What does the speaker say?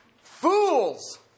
Fools